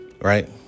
Right